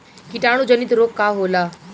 कीटाणु जनित रोग का होला?